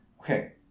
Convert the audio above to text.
Okay